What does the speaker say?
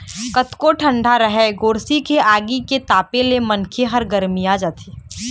कतको ठंडा राहय गोरसी के आगी के तापे ले मनखे ह गरमिया जाथे